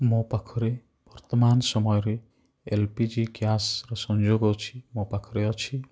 ମୋ ପାଖରେ ବର୍ତ୍ତମାନ ସମୟରେ ଏଲ୍ ପି ଜି ଗ୍ୟାସ୍ର ସଂଯୋଗ ଅଛି ମୋ ପାଖରେ ଅଛି